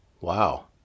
Wow